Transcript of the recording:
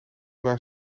waar